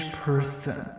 person